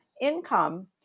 income